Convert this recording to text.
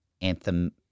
anthem